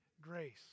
grace